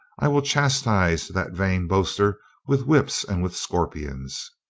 i will chas tise that vain boaster with whips and with scorpions.